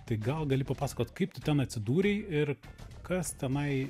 tai gal gali papasakot kaip tu ten atsidūrei ir kas tenai